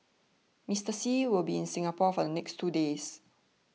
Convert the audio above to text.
Mister Xi will be in Singapore for the next two days